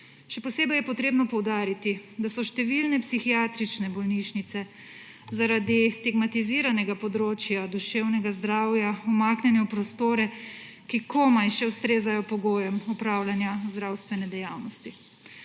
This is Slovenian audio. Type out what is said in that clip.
Še posebej je potrebno poudariti, da so številne psihiatrične bolnišnice zaradi stigmatiziranega področja duševnega zdravja umaknjene v prostore, ki komaj še ustrezajo pogojem opravljanja zdravstvene dejavnosti.